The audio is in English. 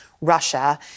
Russia